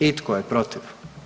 I tko je protiv?